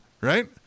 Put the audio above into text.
right